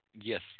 Yes